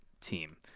team